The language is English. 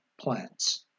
plants